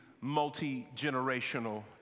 multi-generational